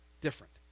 different